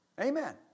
Amen